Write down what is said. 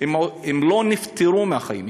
הם לא נפטרו מהחיים,